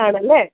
ആണല്ലേ